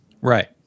Right